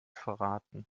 verraten